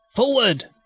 forward!